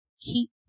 keep